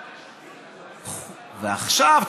ועכשיו,